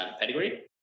pedigree